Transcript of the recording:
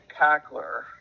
cackler